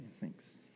Thanks